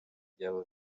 ibyabo